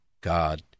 God